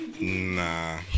Nah